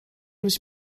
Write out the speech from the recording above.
być